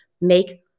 make